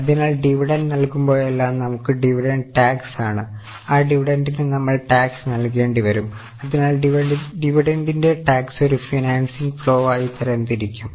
അതിനാൽ ഡിവിഡന്റ് നൽകുമ്പോഴെല്ലാം നമുക്ക് ഡിവിഡന്റ് ടാക്സ് ആണ്ആ ഡിവിഡന്റിന് നമ്മൾ ടാക്സ് നൽകേണ്ടിവരും അതിനാൽ ഡിവിഡന്റിന്റെ ടാക്സ് ഒരു ഫിനാൻസിംഗ് ഫ്ലോ ആയി തരംതിരിക്കും